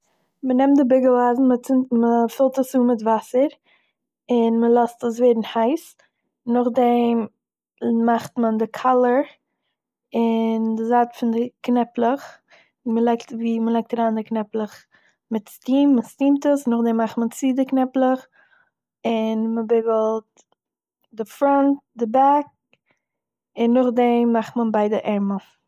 מען נעמט די ביגל אייזן, מ'צינדט- מ'פילט עס אן מיט וואסער, און מען לאזט עס ווערן הייס, נאכדעם מאכט מען דעם קאלער, און די זייט פון די קנעפלעך און מ'לייגט אריין- וואו מ'לייגט אריין די קנעפלעך מיט סטים, מ'סטימט עס, נאכדעם מאכט מען צו די קנעפלעך און מ'ביגלט די פראנט, די בעק און נאכדעם מאכט מען ביידע ערמל